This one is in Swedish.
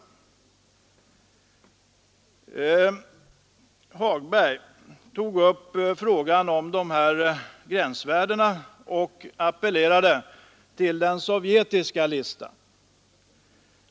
Herr Hagberg i Borlänge tog upp frågan om gränsvärdena och appellerade till den sovjetiska listan.